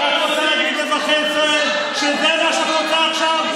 את רוצה להגיד לאזרחי ישראל שזה מה שאת רוצה עכשיו,